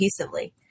cohesively